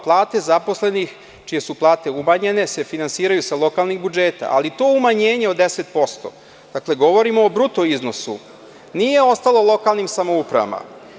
Plate zaposlenih, čije su plate umanjene, finansiraju se sa lokalnih budžeta, ali to umanjenje od 10%, dakle, govorimo o bruto iznosu, nije ostalo lokalnim samoupravama.